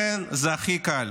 זה הכי קל